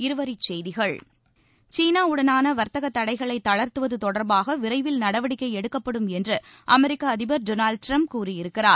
இருவரிச் செய்திகள் சீனாவுடனான வர்த்தக தடைகளை தளர்த்துவது தொடர்பாக விரைவில் நடவடிக்கை எடுக்கப்படும் என்று அமெரிக்க அதிபர் டோனால்டு ட்ரம்ப் கூறியிருக்கிறார்